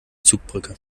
zugbrücke